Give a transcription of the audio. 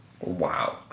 Wow